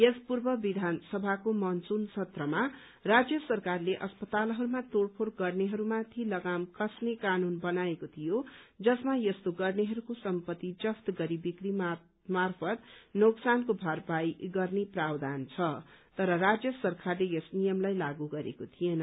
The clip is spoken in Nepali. यस पूर्व विधानसभाको मनसून सत्रमा राज्य सरकारले अस्पतालहरूमा तोड़फोड़ गर्नेहरूमाथि लगाम कस्ने कानून बनाएको थियो जसमा यस्तो गर्नेहरूको सम्पति जफ्त गरी बिक्री मार्फत नोकसानको भरपाई गर्ने प्रावधान छ तर राज्य सरकारले यस नियमलाई लागू गरेको थिएन